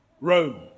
Rome